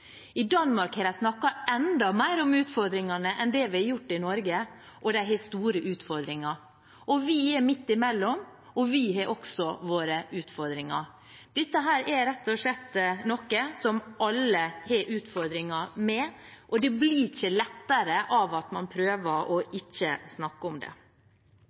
I Danmark har de snakket enda mer om utfordringene enn det vi har gjort i Norge, og de har store utfordringer. Vi er midt imellom, og vi har også våre utfordringer. Dette er rett og slett noe som alle har utfordringer med, og det blir ikke lettere av at man prøver ikke å snakke om det.